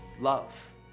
love